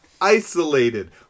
isolated